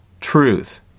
truth